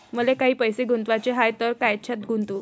मले काही पैसे गुंतवाचे हाय तर कायच्यात गुंतवू?